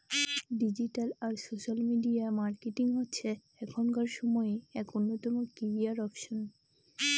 digital আর social media marketing হচ্ছে এখনকার সময়ে এক অন্যতম ক্যারিয়ার অপসন